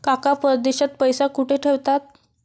काका परदेशात पैसा कुठे ठेवतात?